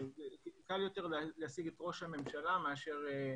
קל יותר להשיג את ראש הממשלה מאשר את זה.